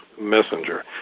messenger